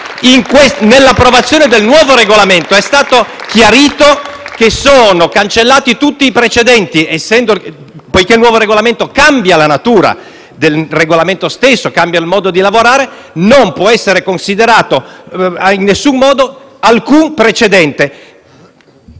nell'approvazione del nuovo Regolamento è stato chiarito che sono cancellati tutti i precedenti. Poiché è nuovo il Regolamento, cambia la natura del Regolamento stesso, cambia il modo di lavorare e non può essere considerato valido alcun precedente.